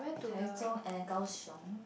Taichung and Kaohsiung